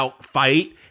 fight